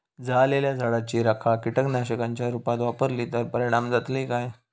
जळालेल्या झाडाची रखा कीटकनाशकांच्या रुपात वापरली तर परिणाम जातली काय?